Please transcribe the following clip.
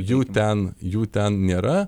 jų ten jų ten nėra